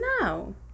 No